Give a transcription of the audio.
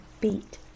beat